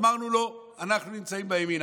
ואמרנו לו: אנחנו נמצאים בימין.